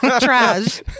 Trash